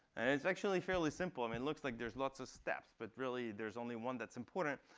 and it's actually fairly simple. i mean, it looks like there's lots of steps. but really, there's only one that's important.